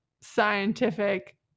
scientific